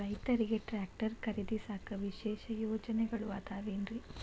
ರೈತರಿಗೆ ಟ್ರ್ಯಾಕ್ಟರ್ ಖರೇದಿಸಾಕ ವಿಶೇಷ ಯೋಜನೆಗಳು ಅದಾವೇನ್ರಿ?